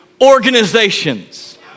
organizations